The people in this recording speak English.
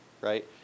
right